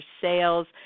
sales